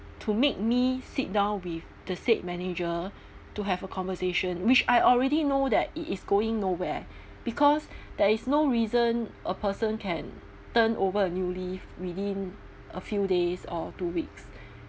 to make me sit down with the said manager to have a conversation which I already know that it is going nowhere because there is no reason a person can turn over a new leaf within a few days or two weeks